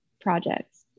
projects